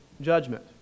judgment